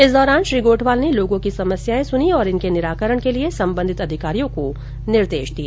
इस दौरान श्री गोठवाल ने लोगों की समस्याएं सूनी और इनके निराकरण के लिए सम्बन्धित अधिकारियों को निर्देश दिए